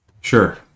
Sure